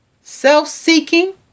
self-seeking